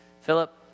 Philip